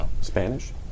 Spanish